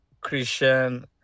Christian